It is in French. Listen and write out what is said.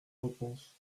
réponse